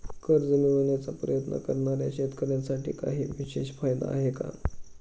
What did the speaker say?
कर्ज मिळवण्याचा प्रयत्न करणाऱ्या शेतकऱ्यांसाठी काही विशेष फायदे आहेत का?